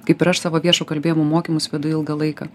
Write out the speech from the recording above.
kaip ir aš savo viešo kalbėjimo mokymus vedu ilgą laiką